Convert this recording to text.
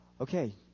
Okay